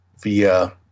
via